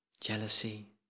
jealousy